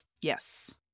Yes